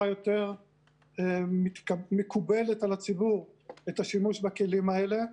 יותר מקובלת על הציבור את השימוש בכלים האלה.